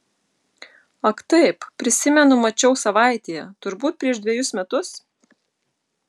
ak taip prisimenu mačiau savaitėje turbūt prieš dvejus metus